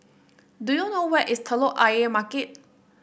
do you know where is Telok Ayer Market